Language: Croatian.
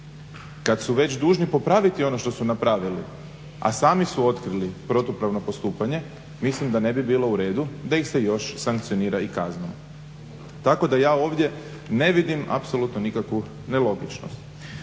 kad su već dužni popraviti ono što su napravili, a sami su otkrili protupravno postupanje mislim da ne bi bilo u redu da ih se još sankcionira i kaznom. Tako da ja ovdje ne vidim apsolutno nikakvu nelogičnost.